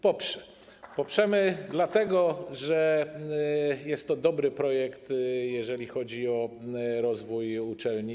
Poprzemy go dlatego, że jest to dobry projekt, jeżeli chodzi o rozwój uczelni.